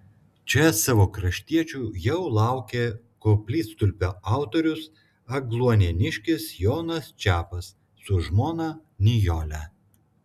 čia savo kraštiečių jau laukė koplytstulpio autorius agluonėniškis jonas čepas su žmona nijole